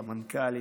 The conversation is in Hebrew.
סמנכ"לית,